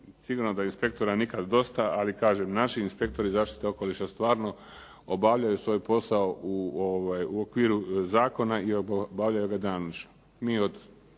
Sigurno da inspektora nikad dosta, ali kažem naši inspektori zaštite okoliša stvarno obavljaju svoj posao u okviru zakona i obavljaju ga danonoćno.